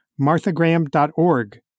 MarthaGraham.org